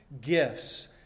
gifts